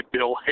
Bill